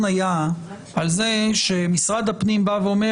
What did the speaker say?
אם יהיה מרשם אוכלוסין ל-98% מההודעות לבוחר ופנקס הבוחרים,